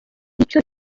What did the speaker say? icyo